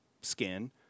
skin